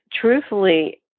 truthfully